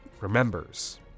remembers